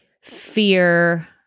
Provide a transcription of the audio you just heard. fear